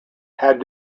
had